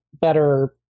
better